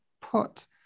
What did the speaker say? put